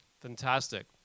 Fantastic